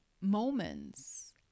moments